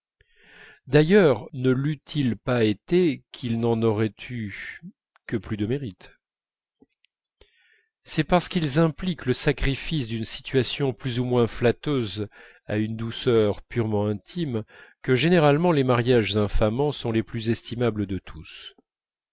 d'ailleurs ne l'eût-il pas été qu'il n'en aurait eu que plus de mérite c'est parce qu'ils impliquent le sacrifice d'une situation plus ou moins flatteuse à une douceur purement intime que généralement les mariages infamants sont les plus estimables de tous